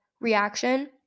reaction